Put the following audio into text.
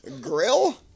Grill